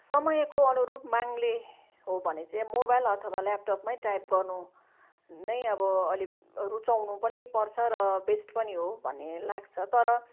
समयको अनुरूप मागले हो भने चाहिँ मोबाइल अथवा ल्यापटपमै टाइप गर्नु नै अब अलिक रुचाउनु पनि पर्छ र बेस्ट पनि हो भन्ने लाग्छ तर